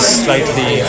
slightly